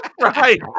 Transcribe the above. Right